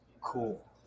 cool